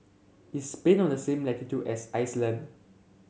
is Spain on the same latitude as Iceland